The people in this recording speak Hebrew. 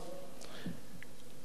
יגיד לי שמדובר פה